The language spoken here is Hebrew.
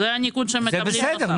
זה הניקוד שמקבלים זה בסדר,